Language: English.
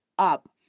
Up